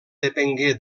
depengué